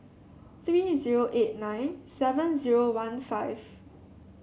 three zero eight nine seven zero one five